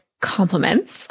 compliments